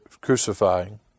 Crucifying